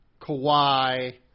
Kawhi